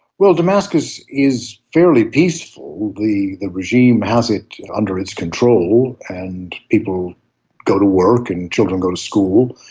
well, damascus is fairly peaceful. the the regime has it under its control and people go to work and children go to school.